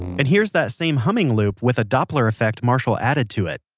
and here's that same humming loop with a doppler effect marshall added to it